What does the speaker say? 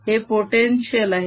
हे potential आहे